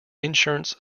insurance